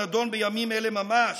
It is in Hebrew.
הנדון בימים אלו ממש.